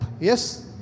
yes